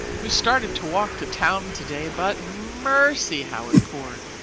we started to walk to town today, but mercy! how it poured.